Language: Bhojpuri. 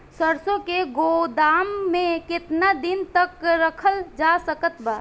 सरसों के गोदाम में केतना दिन तक रखल जा सकत बा?